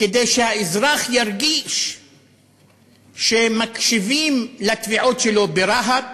כדי שהאזרח ירגיש שמקשיבים לתביעות שלו, ברהט,